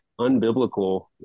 unbiblical